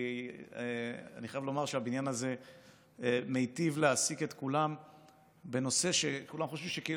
כי אני חייב לומר שהבניין הזה מיטיב להעסיק את כולם בנושא שכאילו